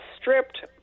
stripped